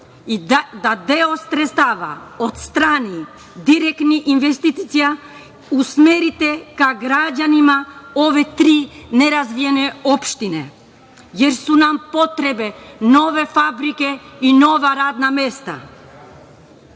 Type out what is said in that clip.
i da deo sredstava odstrani direktnim investicijama usmerite ka građanima ove tri nerazvijene opštine, jer su nam potrebne nove fabrike i nova radna